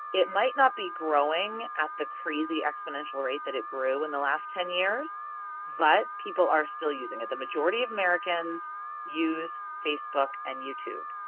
it might not be growing at the crazy exponential rate that it grew in the last ten years but people are still using it. the majority of americans use facebook and youtube.